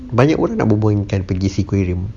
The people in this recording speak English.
banyak orang nak berbual dengan ikan pergi aquarium